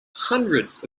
hundreds